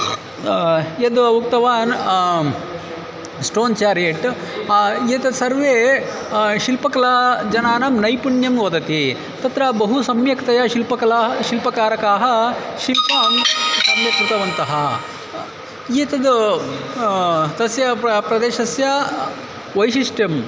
यत् उक्तवान् stone chariot एतत् सर्वे शिल्पकलाजनानां नैपुण्यं वदति तत्र बहु सम्यक्तया शिल्पकलाः शिल्पकारकाः शिल्पं सम्यक् कृतवन्तः एतत् तस्य प प्रदेशस्य वैशिष्ट्यं